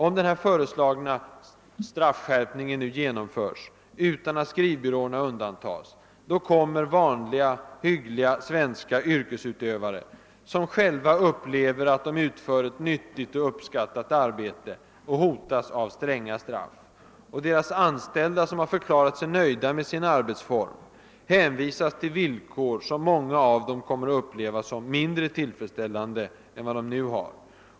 Om den föreslagna straffskärpningen nu genomförs, utan att skrivbyråerna undantas, kommer vanliga, hyggliga svenska yrkesutövare, som själva upp lever att de utför ett nyttigt och uppskattat arbete, att hotas av stränga straff. Deras anställda, som har förklarat sig nöjda med sin arbetsform, hänvisas till villkor som många av dem kommer att uppleva som mindre tillfredsställande än vad de nu har.